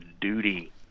duty